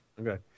Okay